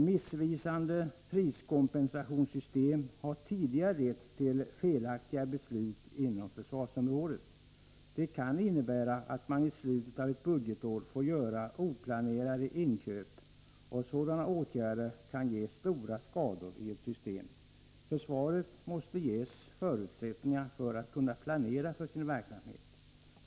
Missvisande priskompensationssystem har tidigare lett till felaktiga beslut inom försvaret. I slutet av ett budgetår kan följden bli oplanerade inköp, och sådant kan medföra stora skador på ett system. Försvaret måste ges förutsättningar att planera för sin verksamhet.